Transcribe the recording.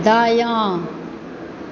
दायाँ